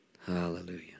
Hallelujah